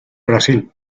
brasil